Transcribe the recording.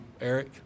Eric